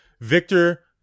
Victor